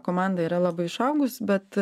komanda yra labai išaugus bet